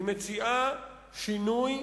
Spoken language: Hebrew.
היא מציעה שינוי,